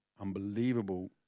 unbelievable